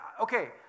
Okay